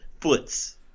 Foots